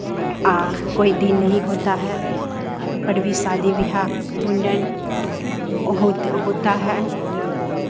आ कोई दिन नहीं होता है वहाँ पर भी शादी विवाह मुंडन होत होता है